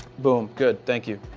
boom. good. thank you.